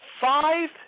five